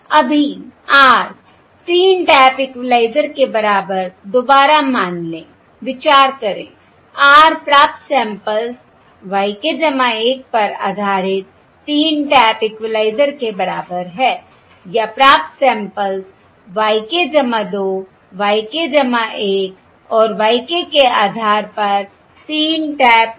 अभी r 3 tap equaliser के बराबर दोबारा मान ले विचार करें r प्राप्त सैंपल्स y k 1 पर आधारित 3 टैप इक्वलाइजर के बराबर है या प्राप्त samples y k 2 y k 1 और y k के आधार पर 3 टैप इक्वलाइजर है